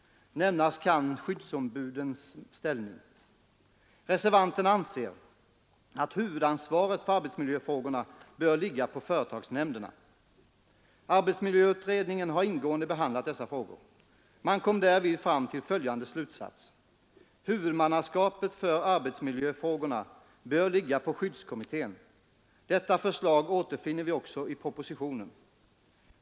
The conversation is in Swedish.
Nämnas kan skyddsombudens ställning. Reservanterna anser att huvudansvaret för arbetsmiljöfrågorna bör ligga på företagsnämnderna. Arbetsmiljöutredningen har ingående behandlat dessa frågor. Man kom därvid fram till följande slutsats: Huvudmannaskapet för arbetsmiljöfrågorna bör ligga på skyddskommittén. Detta förslag återfinns också i propositionen.